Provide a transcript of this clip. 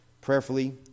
Prayerfully